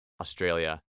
australia